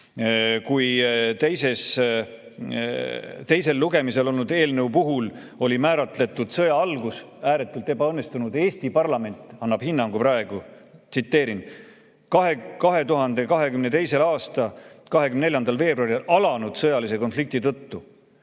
Teisel lugemisel olnud eelnõu puhul oli määratletud sõja algus ääretult ebaõnnestunult. Eesti parlament annab hinnangu praegu, tsiteerin: "2022. aasta 24. veebruaril alanud sõjalise konflikti tõttu